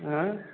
एँ